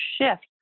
shift